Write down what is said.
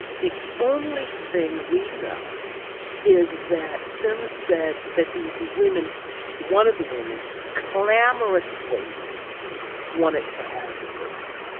the only thing we know is that sims said that these women one of the women clamorously wanted to have the surgery.